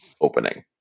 opening